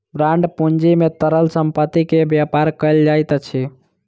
bond पूंजी में तरल संपत्ति के व्यापार कयल जाइत अछि